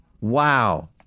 Wow